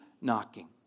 knocking